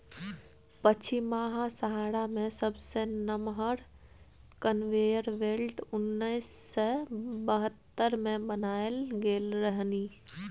पछिमाहा सहारा मे सबसँ नमहर कन्वेयर बेल्ट उन्नैस सय बहत्तर मे बनाएल गेल रहनि